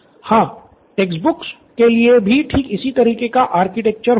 student Nithin हां text books के लिए भी ठीक इसी तरह का आर्किटेक्चर होगा